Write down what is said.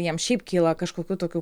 jiems šiaip kyla kažkokių tokių